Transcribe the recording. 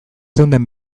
zeunden